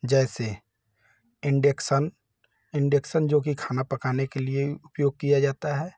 जैसे induction induction जो कि खाना पकाने के लिए उपयोग किया जाता है